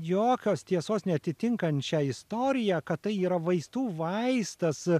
jokios tiesos neatitinkančią istoriją kad tai yra vaistų vaistas